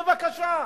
בבקשה.